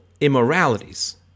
immoralities